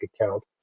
account